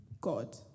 God